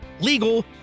legal